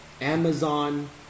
Amazon